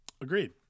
agreed